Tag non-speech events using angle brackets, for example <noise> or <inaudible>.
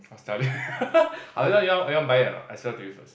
I was telling <laughs> you you want buy or not I sell to you first